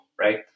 Right